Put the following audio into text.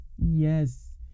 yes